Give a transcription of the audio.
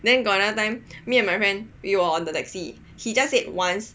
then got another time me and my friend we were on the taxi he just said once